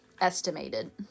estimated